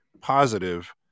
positive